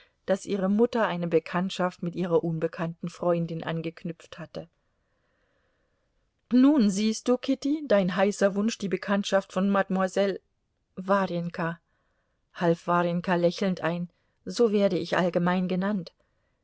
daß ihre mutter eine bekanntschaft mit ihrer unbekannten freundin angeknüpft hatte nun siehst du kitty dein heißer wunsch die bekanntschaft von mademoiselle warjenka half warjenka lächelnd ein so werde ich allgemein genannt